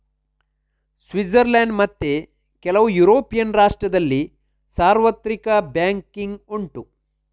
Switzerland ಮತ್ತೆ ಕೆಲವು European ರಾಷ್ಟ್ರದಲ್ಲಿ ಸಾರ್ವತ್ರಿಕ ಬ್ಯಾಂಕಿಂಗ್ ಉಂಟು